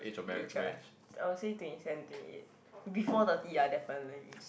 age ah I will say twenty seven twenty eight before thirty ah definitely